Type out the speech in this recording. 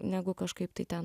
negu kažkaip tai ten